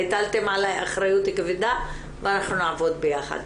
הטלתן עלי אחריות כבדה ואנחנו נעבוד ביחד.